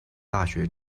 大学